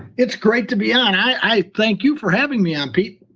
it's great to be on. i thank you for having me on, pete.